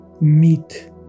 meet